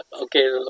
Okay